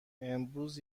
امروز